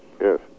Yes